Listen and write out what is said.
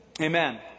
Amen